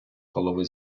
голови